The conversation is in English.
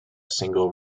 single